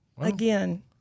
again